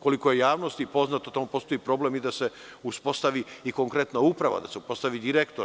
Koliko je javnosti poznato, tamo postoji problem i da se uspostavi i konkretna uprava, da se uspostavi direktor.